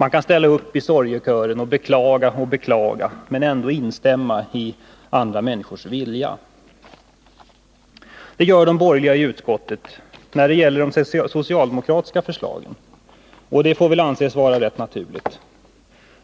Man kan ställa upp i sorgekören och beklaga och beklaga men ändå instämma i andra människors vilja. Det gör de borgerliga i utskottet när det gäller de socialdemokratiska förslagen, och det får väl anses vara naturligt.